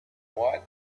what